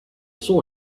saw